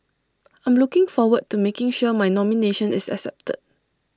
I'm looking forward to making sure my nomination is accepted